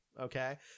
okay